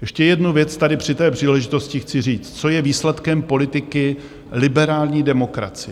Ještě jednu věc tady při té příležitosti chci říct, co je výsledkem politiky liberální demokracie.